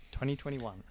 2021